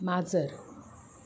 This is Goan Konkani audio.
माजर